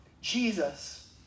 Jesus